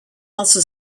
also